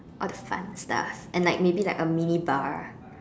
all the fun stuff and like maybe a mini bar